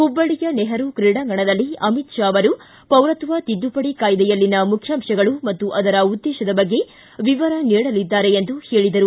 ಹುಬ್ಬಳ್ಳಯ ನೆಹರೂ ಕ್ರೀಡಾಂಗಣದಲ್ಲಿ ಅಮಿತ್ ಶಾ ಅವರು ಪೌರತ್ವ ತಿದ್ದುಪಡಿ ಕಾಯ್ದೆಯಲ್ಲಿನ ಮುಖ್ಯಾಂಶಗಳು ಮತ್ತು ಅದರ ಉದ್ದೇಶದ ಬಗ್ಗೆ ವಿವರ ನೀಡಲಿದ್ದಾರೆ ಎಂದರು